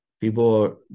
People